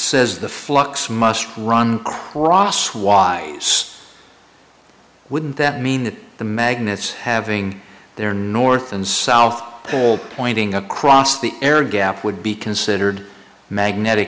says the flux must run across y c wouldn't that mean that the magnets having their north and south pole pointing across the air gap would be considered magnetic